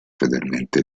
fedelmente